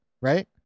right